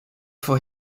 for